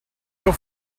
your